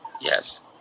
Yes